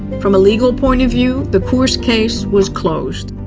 from a legal point of view, the kursk case was closed.